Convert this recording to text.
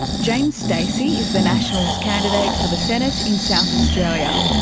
james stacey is the nationals' candidate for the senate in south australia.